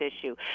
issue